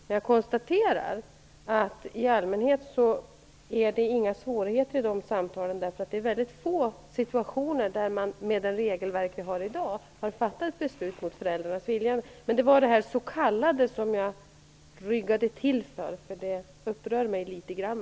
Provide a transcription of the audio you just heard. Men jag konstaterar att det i allmänhet inte är några svårigheter i samband med dessa samtal, därför att det är ganska få situationer där man med det regelverk som vi har i dag har fattat beslut mot föräldrarnas vilja. Men, som sagt, det var detta s.k. som jag ryggade till för, eftersom det upprör mig litet grand.